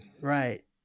right